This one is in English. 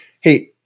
Hey